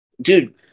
dude